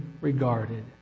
regarded